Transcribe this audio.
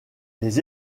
les